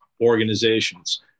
organizations